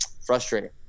frustrating